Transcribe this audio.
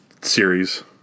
series